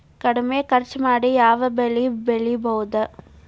ಕಡಮಿ ಖರ್ಚ ಮಾಡಿ ಯಾವ್ ಬೆಳಿ ಬೆಳಿಬೋದ್?